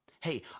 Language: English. Hey